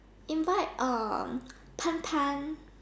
invite um Tan-Tan